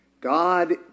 God